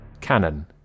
Canon